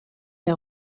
der